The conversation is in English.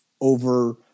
over